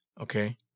Okay